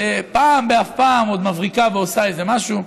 שפעם באף פעם עוד מבריקה ועושה איזה משהו,